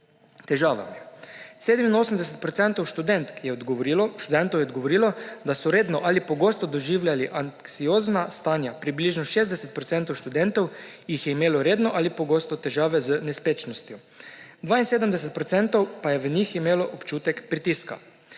odstotkov študentov je odgovorilo, da so redno ali pogosto doživljali anksiozna stanja, približno 60 odstotkov jih je imelo redno ali pogosto težave z nespečnostjo. 72 odstotkov pa je v njih imelo občutek pritiska.